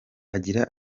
agira